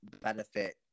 benefit